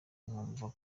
nkumva